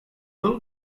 little